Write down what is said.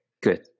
good